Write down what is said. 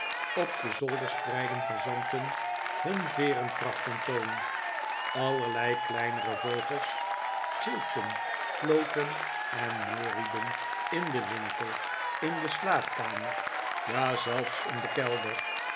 op den zolder spreidden fazanten hun veerenpracht ten toon allerlei kleinere vogels sjilpten floten en neurieden in den winkel in de slaapkamer ja zelfs in den kelder